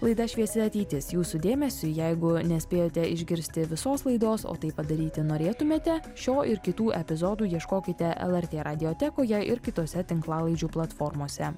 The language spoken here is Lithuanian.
laida šviesi ateitis jūsų dėmesiui jeigu nespėjote išgirsti visos laidos o tai padaryti norėtumėte šio ir kitų epizodų ieškokite lrt radiotekoje ir kitose tinklalaidžių platformose